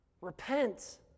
repent